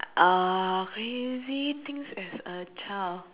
uh crazy things as a child